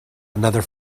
another